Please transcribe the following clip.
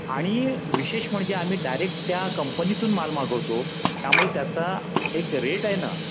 आणि विशेष म्हणजे आम्ही डायरेक्ट त्या कंपनीतून माल मागवतो त्यामुळे त्याचा एक रेट आहे ना